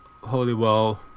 Holywell